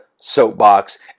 soapbox